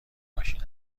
ماشین